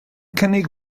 cynnig